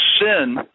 sin